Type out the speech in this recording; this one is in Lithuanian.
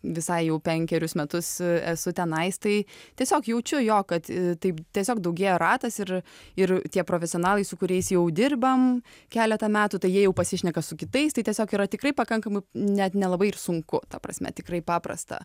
visai jau penkerius metus esu tenais tai tiesiog jaučiu jo kad taip tiesiog daugėja ratas ir ir tie profesionalai su kuriais jau dirbam keletą metų tai jie jau pasišneka su kitais tai tiesiog yra tikrai pakankamai net nelabai ir sunku ta prasme tikrai paprasta